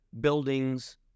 buildings